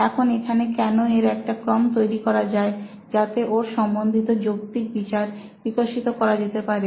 এখন এখানে কেন এর একটা ক্রম তৈরি করা যায় যাতে ওর সম্বন্ধিত যৌক্তিক বিচার বিকশিত করা যেতে পারে